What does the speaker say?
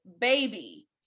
baby